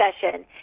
session